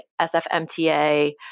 SFMTA